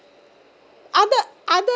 other other